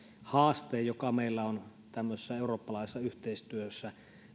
haasteen joka meillä on tämmöisessä eurooppalaisessa yhteistyössä